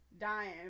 dying